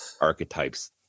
archetypes